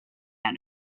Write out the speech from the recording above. out